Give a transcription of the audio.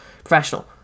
professional